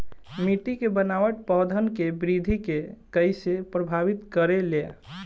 मिट्टी के बनावट पौधन के वृद्धि के कइसे प्रभावित करे ले?